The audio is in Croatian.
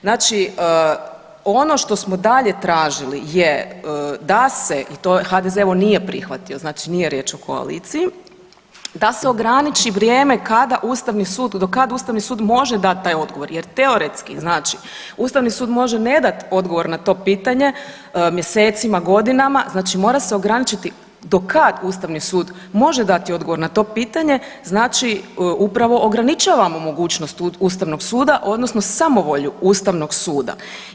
Znači ono što smo dalje tražili je da se i HDZ evo nije prihvatio, znači nije riječ o koaliciji, da se ograniči vrijeme kada Ustavni sud do kada Ustavni sud može dati taj odgovor jer teoretski znači Ustavni sud može ne dat odgovor na to pitanje mjesecima, godinama, znači mora se ograničiti do kad Ustavni sud može dati odgovor na to pitanje, znači upravo ograničavamo mogućnost Ustavnog suda odnosno samovolju Ustavnog suda.